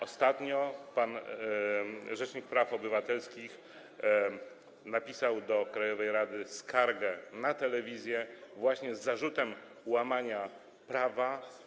Ostatnio rzecznik praw obywatelskich napisał do krajowej rady skargę na telewizję, właśnie z zarzutem łamania prawa.